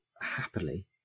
happily